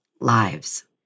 lives